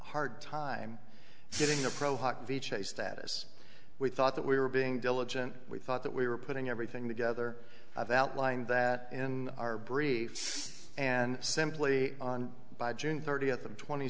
hard time getting the pro hockey chase status we thought that we were being diligent we thought that we were putting everything together i've outlined that in our briefs and simply by june thirtieth of twenty